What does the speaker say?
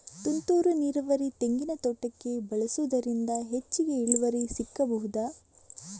ತುಂತುರು ನೀರಾವರಿ ತೆಂಗಿನ ತೋಟಕ್ಕೆ ಬಳಸುವುದರಿಂದ ಹೆಚ್ಚಿಗೆ ಇಳುವರಿ ಸಿಕ್ಕಬಹುದ?